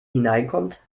hineinkommt